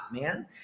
man